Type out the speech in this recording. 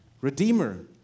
Redeemer